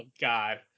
God